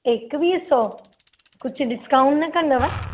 एकवीह सौ कुझु डिस्काउंट न कंदव